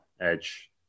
Edge